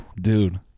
dude